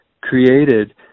created